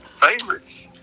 favorites